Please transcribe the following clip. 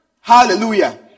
Hallelujah